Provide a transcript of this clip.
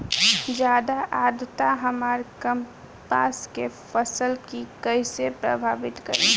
ज्यादा आद्रता हमार कपास के फसल कि कइसे प्रभावित करी?